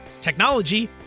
technology